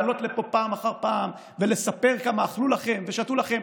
לעלות לפה פעם אחר פעם ולספר כמה אכלו לכם ושתו לכם.